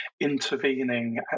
intervening